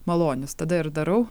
malonius tada ir darau